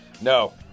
No